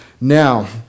Now